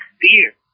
fear